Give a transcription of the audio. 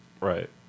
Right